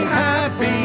Happy